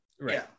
right